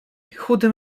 chudy